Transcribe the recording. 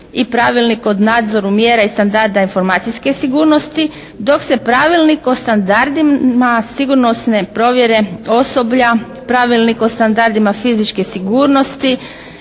i Pravilnik o nadzoru mjera i standarda informacijske sigurnosti, dok se Pravilnik o standardima sigurnosne provjere osoblja, Pravilnik o standardima fizičke sigurnosti